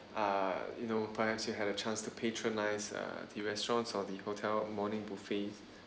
uh you know perhaps you had a chance to patronize uh the restaurant or the hotel morning buffet